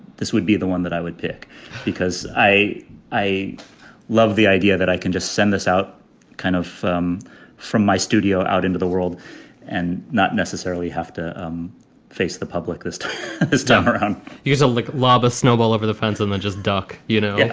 this would be the one that i would pick because i i love the idea that i can just send this out kind of from from my studio out into the world and not necessarily have to um face the public just this time around here's a look. lob a snowball over the fence and then just duck, you know